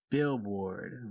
billboard